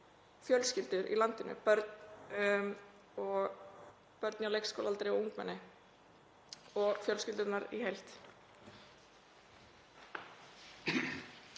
fjölskyldur í landinu, börn á leikskólaaldri, ungmenni og fjölskyldurnar í heild.